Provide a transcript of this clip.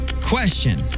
Question